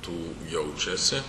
tų jaučiasi